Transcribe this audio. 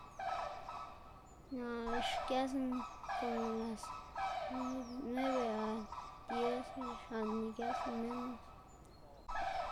Na' xgesná komo las nueve a dies lo xlaꞌndná igesná menos.